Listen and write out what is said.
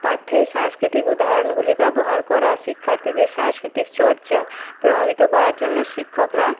পাঠ্যের সাংস্কৃতিক উদাহরণগুলি ব্যবহার করা শিক্ষার্থীদের সাংস্কৃতিক চর্চা প্রভাবিত করার জন্য শিক্ষকরা